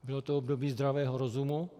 Bylo to období zdravého rozumu.